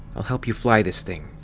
i'll help you fly this thing,